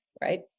Right